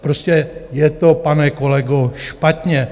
Prostě je to, pane kolego, špatně.